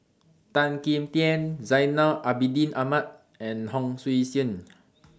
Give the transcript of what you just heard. Tan Kim Tian Zainal Abidin Ahmad and Hon Sui Sen